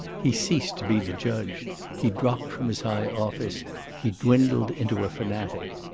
he ceased to be the judge he dropped from his high office he dwindled into a fanatic.